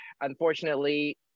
unfortunately